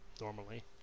normally